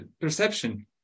perception